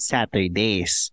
Saturdays